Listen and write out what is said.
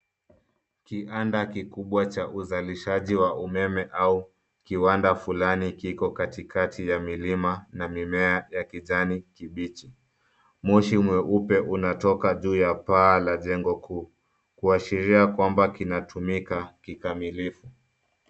Kiwanda kikubwa cha uzalishaji wa umeme au kiwanda fulani kiko katikati ya milima na mimea ya kijani kibichi. Moshi mweupe unatoka juu ya paa la jengo kuu, kuashiria kwamba kinatumika kikamilifu.